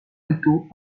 alto